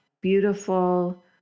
beautiful